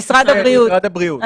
משרד הבריאות.